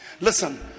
Listen